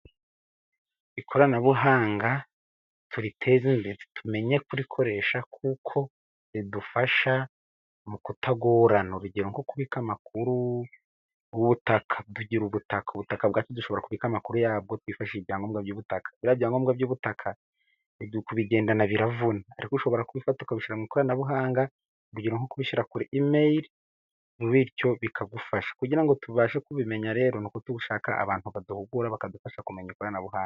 Ikoranabuhanga turiteze imbere, tumenye kuri koresha kuko ridufasha mu kutagorana, urugero nko kubika amakuru ubutaka tugira ubutaka, ubutaka bwacu dushobora kubika amakuru yabwo twifashishije ibyangombwa by'ubutaka, biriya byangombwa by'ubutaka, ibyo kubigendana biravuna, ariko ushobora kubifata ukabishyira mu ikoranabuhanga, urugero nko kubishyira kuri imeyili bityo bikagufasha, kugira ngo tubashe kubimenya rero n'uko dushaka abantu baduhugura, bakadufasha kumenya ikoranabuhanga.